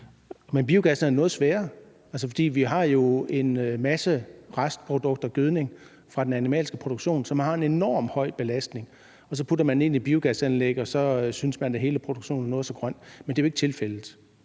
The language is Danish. biogas er noget sværere, for vi har jo en masse restprodukter, gødning fra den animalske produktion, som har en enormt høj belastning, og så putter man den ind i et biogasanlæg, og så synes man, at hele produktionen er noget så grøn, men det er jo ikke tilfældet.